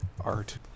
Art